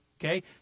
Okay